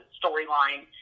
storyline